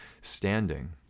standing